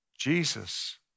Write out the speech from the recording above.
Jesus